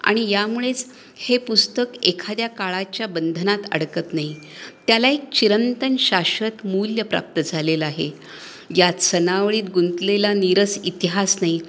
आणि यामुळेच हे पुस्तक एखाद्या काळाच्या बंधनात अडकत नाही त्याला एक चिरंतन शाश्वत मूल्य प्राप्त झालेलं आहे यात सनावळीत गुंतलेला निरस इतिहास नाही